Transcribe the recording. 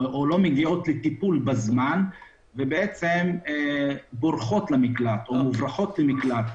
מגיעות לטיפול בזמן ובורחות או מוברחות למקלטים.